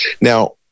Now